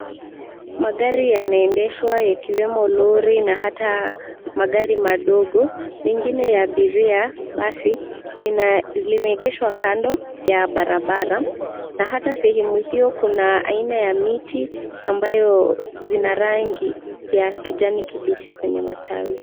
Magari yanaendeshwa yakiwemo lori na hata magari madogo, mengine ya abiria, basi, limeegeshwa kando ya barabara na hata sehemu hio kuna aina ya miti ambayo zina rangi ya kijani kibichi kwenye matawi.